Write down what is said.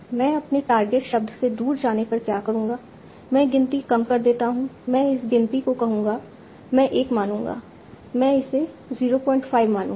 मैं अपने टारगेट शब्द से दूर जाने पर क्या करूंगा मैं गिनती कम कर देता हूं मैं इस गिनती को कहूंगा मैं 1 मानूंगा मैं इसे 05 मानूंगा